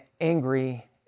angry